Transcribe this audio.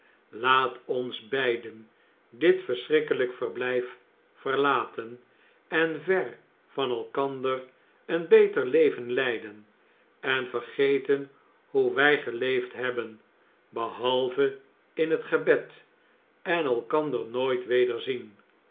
laat ons beiden dit verschrikkelijk verblijf verlaten en ver van elkander een beter leven leiden en vergeten hoe wij geleefd hebben behalve in het gebed en elkander nooit weder zien